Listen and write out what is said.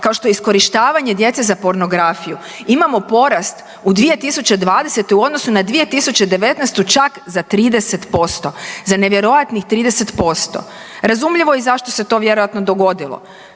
kao što je iskorištavanje djece za pornografiju imamo porast u 2020. u odnosu na 2019. čak za 30%, za nevjerojatnih 30%. Razumljivo je i zašto se to vjerojatno dogodilo.